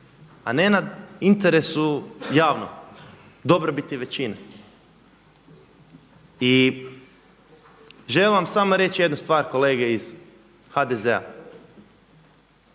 a ne na interesu javnom dobrobiti većine. I želim vam reći samo jednu stvar kolege iz HDZ-a,